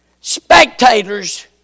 spectators